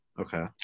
Okay